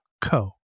co